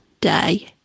day